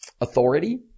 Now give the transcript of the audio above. authority